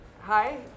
hi